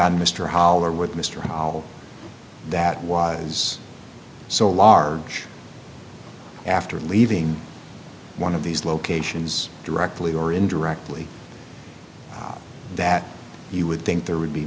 on mr holler with mr hall that water is so large after leaving one of these locations directly or indirectly that you would think there would be